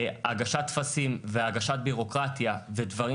והגשת טפסים והגשת ביורוקרטיה ודברים